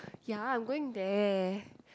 ya I'm going there